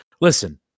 Listen